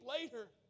later